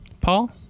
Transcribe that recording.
Paul